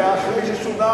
זה לא יכול להיות.